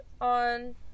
on